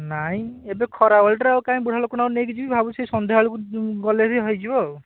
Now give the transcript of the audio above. ନାହିଁ ଏବେ ଖରାବେଳଟାରେ ଆଉ କାହିଁ ବୁଢ଼ାଲୋକଟାକୁ ନେଇକି ଯିବି ଭାବୁଛି ସେଇ ସନ୍ଧ୍ୟାବେଳକୁ ଗଲେ ବି ହେଇଯିବ ଆଉ